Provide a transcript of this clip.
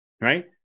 right